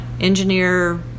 engineer